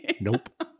Nope